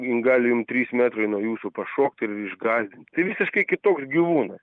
jin gali jum trys metrai nuo jūsų pašokti ir išgąsdinti tai visiškai kitoks gyvūnas